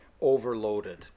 overloaded